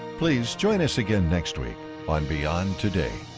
please join us again next week on beyond today!